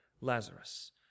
Lazarus